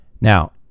Now